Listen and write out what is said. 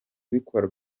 ubikora